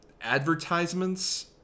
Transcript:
advertisements